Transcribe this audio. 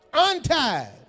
untied